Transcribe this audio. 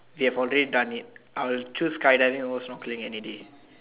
we have already done it I will choose skydiving over snorkelling any D